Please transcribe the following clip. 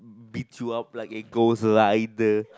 be to up like a ghost lighter